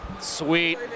Sweet